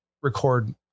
record